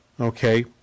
Okay